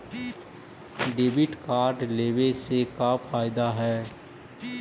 Debit card लेवे से का का फायदा है?